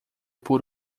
por